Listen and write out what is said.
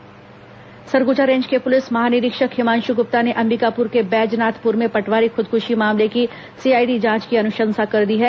पटवारी मौत सीआईडी जाँच सरगुजा रेंज के पुलिस महानिरीक्षक हिमांशु गुप्ता ने अंबिकापुर के बैजनाथपुर में पटवारी खुदकुशी मामलें की सीआईडी जाँच की अनुशंसा कर दी है